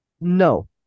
No